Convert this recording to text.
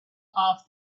off